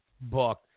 book